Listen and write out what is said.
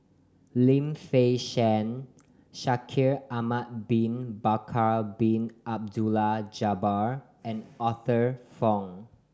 Lim Fei Shen Shaikh Ahmad Bin Bakar Bin Abdullah Jabbar and Arthur Fong